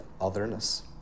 otherness